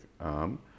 arm